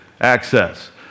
access